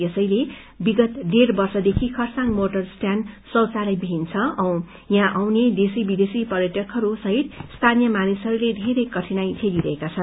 यसैले तवगत डेढ़ वर्षदेखि खरसाङ मोटर स्टयाण्ड शौचालयविहीन छ औ यहाँ आउने देशी विदेशी पर्यटकहरू सहित स्थानीय मानिसहरूले धेरै कठिनाईहरू झेलिरहेका छन्